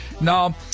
Now